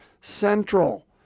central